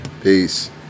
Peace